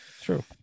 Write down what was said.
True